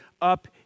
up